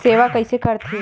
सेवा कइसे करथे?